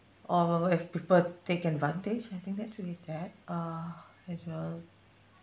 or when people take advantage I think that's really sad uh as well